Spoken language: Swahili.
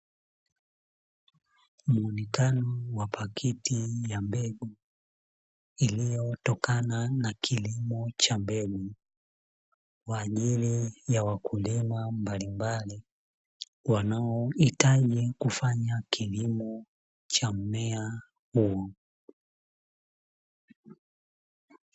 Muonekano wa pakiti ya mbegu, iliyotokana na kilimo cha mbegu, kwa ajili ya wakulima mbalimbali, wanaohitaji kufanya kilimo cha mmea huo.